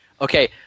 Okay